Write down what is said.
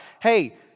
hey